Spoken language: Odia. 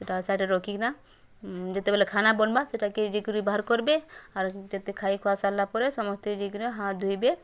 ସେଟା ସାଇଡ଼୍ରେ ରଖିକିନା ଯେତେବେଲେ ଖାନା ବନ୍ବା ସେଟାକେ ଯାଇକରି ବାହାର୍ କର୍ବେ ଆର୍ ଯେତେ ଖାଇଖୁଆ ସାରିଲା ପରେ ସମସ୍ତେ ଯାଇକିନା ହାତ୍ ଧୋଇବେ